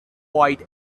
quiet